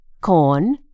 corn